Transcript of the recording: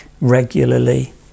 regularly